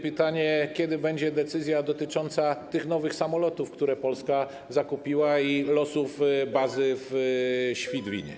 Pytanie: Kiedy będzie decyzja dotycząca nowych samolotów, które Polska zakupiła, i losów bazy w Świdwinie?